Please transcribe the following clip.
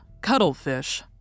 cuttlefish